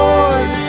Lord